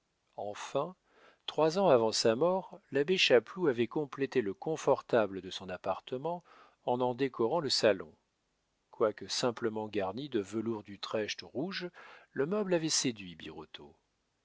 enfin trois ans avant sa mort l'abbé chapeloud avait complété le comfortable de son appartement en en décorant le salon quoique simplement garni de velours d'utrecht rouge le meuble avait séduit birotteau